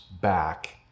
back